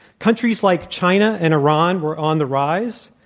countries like china and iran were on the rise.